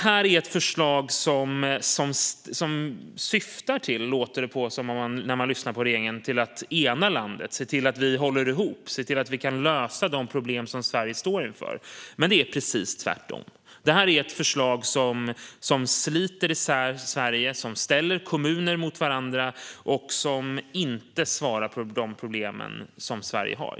När man lyssnar på regeringen låter det som om det här är ett förslag som syftar till att ena landet, se till att vi håller ihop, se till att vi kan lösa de problem som Sverige står inför. Men det är precis tvärtom. Det här är ett förslag som sliter isär Sverige, som ställer kommuner mot varandra och som inte svarar på de problem som Sverige har.